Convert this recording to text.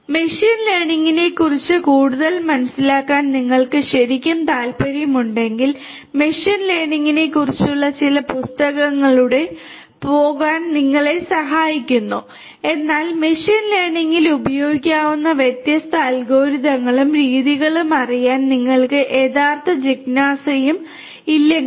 machine ലേണിംഗിനെക്കുറിച്ച് കൂടുതൽ മനസ്സിലാക്കാൻ നിങ്ങൾക്ക് ശരിക്കും താൽപ്പര്യമുണ്ടെങ്കിൽ മെഷീൻ ലേണിംഗിനെക്കുറിച്ചുള്ള ചില പുസ്തകങ്ങളിലൂടെ പോകാൻ നിങ്ങളെ പ്രോത്സാഹിപ്പിക്കുന്നു എന്നാൽ മെഷീൻ ലേണിംഗിൽ ഉപയോഗിക്കാവുന്ന വ്യത്യസ്ത അൽഗോരിതങ്ങളും രീതികളും അറിയാൻ നിങ്ങൾക്ക് യഥാർത്ഥ ജിജ്ഞാസയും ഇല്ലെങ്കിൽ